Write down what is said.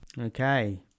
Okay